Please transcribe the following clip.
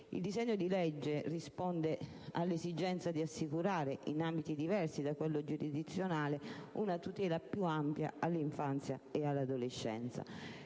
Il disegno di legge risponde all'esigenza di assicurare, in ambiti diversi da quello giurisdizionale, una tutela più ampia all'infanzia e all'adolescenza.